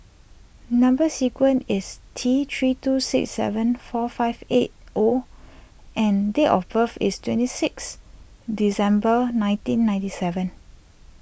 Number Sequence is T three two six seven four five eight O and date of birth is twenty six December nineteen ninety seven